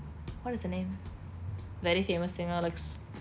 what is her name very famous singer like soo~